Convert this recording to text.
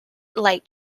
light